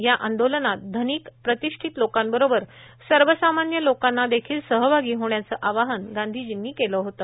या आंदोलनात धनिक प्रतिश्ठित लोकांबरोबर सर्वसामान्य लोकांना देखील सहभागी होण्याचं आवाहन गांधीर्जींनी केलं होतं